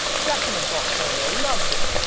jack-in-the-box over there loved it.